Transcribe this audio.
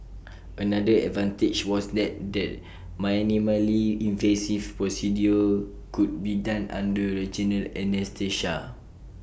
another advantage was that the minimally invasive procedure could be done under regional anaesthesia